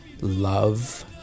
love